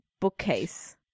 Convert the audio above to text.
bookcase